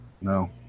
No